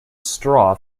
straw